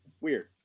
Weird